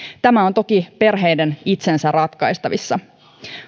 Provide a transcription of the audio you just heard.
tämä on toki perheiden itsensä ratkaistavissa